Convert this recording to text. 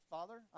Father